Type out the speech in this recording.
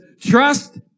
trust